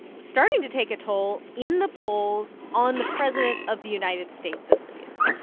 starting to take a toll in the polls on the president of the united states, at least.